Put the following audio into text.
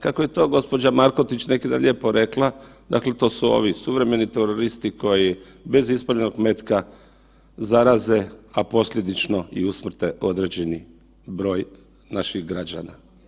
Kako je to gđa. Markotić neki dan lijepo rekla, dakle to su ovi suvremeni teroristi koji bez ispaljenog metka zaraze, a posljedično i usmrte određeni broj naših građana.